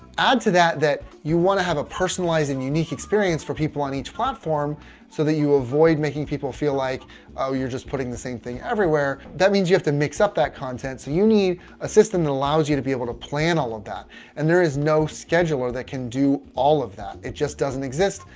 add to that that you want to have a personalized and unique experience for people on each platform so that you avoid making people feel like you're just putting the same thing everywhere. that means you have to mix up that content. so you need a system that allows you to be able to plan all of that and there is no scheduler that can do all of that. it just doesn't exist.